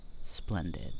splendid